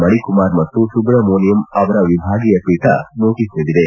ಮಣಿಕುಮಾರ್ ಮತ್ತು ಸುಬ್ರಮೋನಿಯಂ ಅವರ ವಿಭಾಗೀಯ ಪೀಠ ನೋಟಸ್ ನೀಡಿದೆ